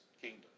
kingdom